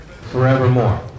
forevermore